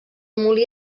molí